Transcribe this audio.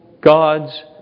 God's